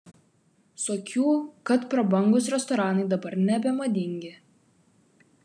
suokiu kad prabangūs restoranai dabar nebemadingi